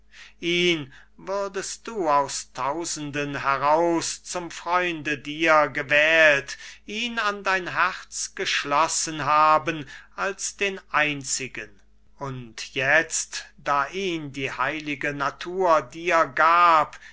würdest du aus tausenden heraus zum freunde dir gewählt ihn an das herz geschlossen haben als den einzigen und jetzt da ihn die heilige natur dir gab